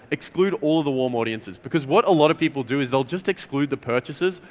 exclude all the warm audiences, because what a lot of people do is they'll just exclude the purchases,